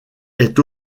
est